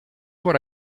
what